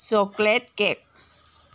chocolate cake